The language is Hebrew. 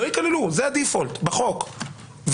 זה הדיפולט בחוק.